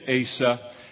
Asa